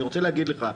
אני רוצה להגיד לך,